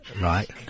right